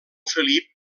felip